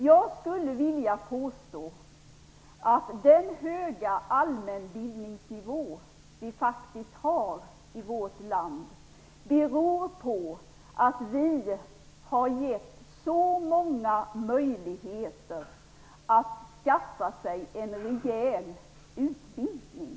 Jag skulle vilja påstå att den höga allmänbildningsnivå som vi faktiskt har i vårt land beror på att vi har gett så många människor möjligheter att skaffa sig en rejäl utbildning.